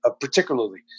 particularly